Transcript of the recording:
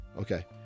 Okay